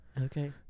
Okay